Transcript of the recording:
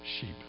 sheep